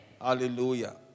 Hallelujah